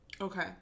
Okay